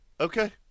Okay